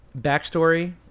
backstory